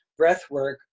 breathwork